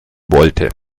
wollte